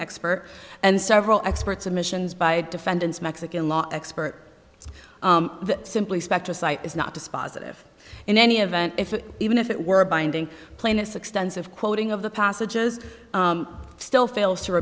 expert and several experts admissions by defendants mexican law expert simply spectra site is not dispositive in any event if even if it were a binding plaintiff's extensive quoting of the passages still fails to